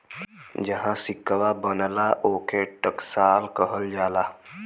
जहाँ सिक्कवा बनला, ओके टकसाल कहल जाला